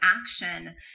action